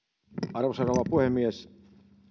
arvoisa rouva puhemies